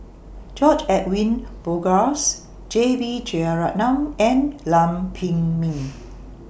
George Edwin Bogaars J B Jeyaretnam and Lam Pin Min